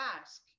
ask